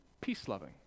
peace-loving